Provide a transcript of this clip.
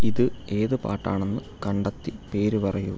ഇത് ഏത് പാട്ടാണെന്ന് കണ്ടെത്തി പേര് പറയൂ